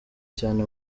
cyane